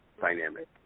dynamic